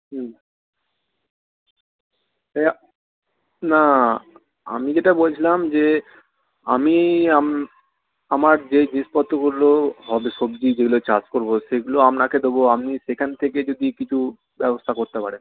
হুম না আমি যেটা বলছিলাম যে আমি আমার যে জিনিসপত্রগুলো হবে সবজি যেগুলো চাষ করবো সেগুলো আপনাকে দেব আপনি সেখান থেকে যদি কিছু ব্যবস্থা করতে পারেন